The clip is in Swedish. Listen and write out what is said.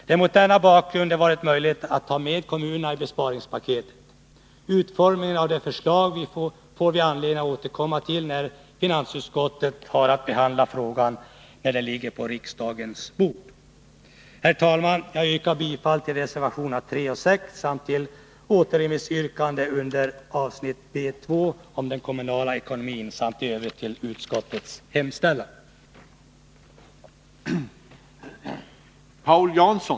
Det är mot denna bakgrund det varit möjligt att ta med kommuner i besparingspaketet. Utformningen av det förslaget får vi anledning att återkomma till när finansutskottet har behandlat frågan och den ligger på riksdagens bord. Herr talman! Jag yrkar bifall till reservationerna 3 och 6, till återremissyrkandet under avsnitt B 2 om den kommunala ekonomin samt i övrigt till utskottets hemställan.